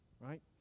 right